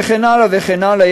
וכן הלאה וכן הלאה,